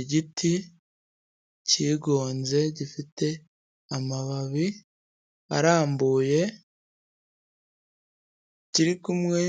Igiti cyigonze gifite amababi arambuye kiri kumwe